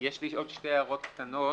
יש לי עוד שתי הערות קטנות.